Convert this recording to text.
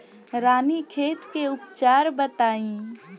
रानीखेत के उपचार बताई?